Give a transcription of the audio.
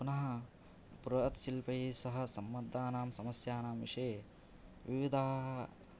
पुनः बृहत् शिल्पैः सह सम्बद्धानां समस्यानां विषये विविधाः